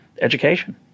education